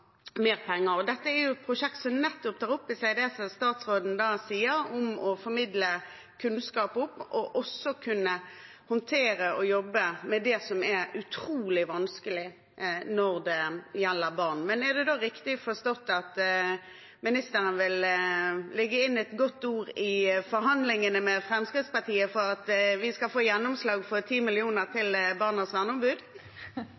mer penger. Dette er jo et prosjekt som nettopp tar opp i seg det som statsråden sier om å formidle kunnskap opp, og også kunne håndtere og jobbe med det som er utrolig vanskelig når det gjelder barn. Men er det da riktig forstått at ministeren vil legge inn et godt ord i forhandlingene med Fremskrittspartiet for at vi skal få gjennomslag for